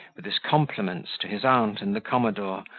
with his compliments to his aunt and the commodore,